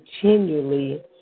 continually